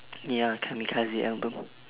ya kamikaze album